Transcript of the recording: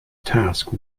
task